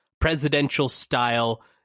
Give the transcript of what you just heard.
presidential-style